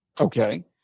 Okay